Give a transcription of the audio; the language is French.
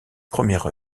première